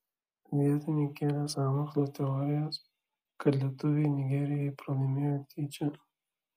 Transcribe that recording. vietiniai kėlė sąmokslo teorijas kad lietuviai nigerijai pralaimėjo tyčia